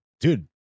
Dude